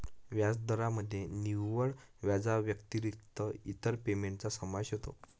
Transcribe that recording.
व्याजदरामध्ये निव्वळ व्याजाव्यतिरिक्त इतर पेमेंटचा समावेश होतो